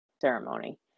ceremony